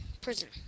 prison